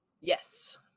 yes